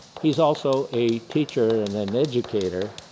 he is also a teacher and and educator,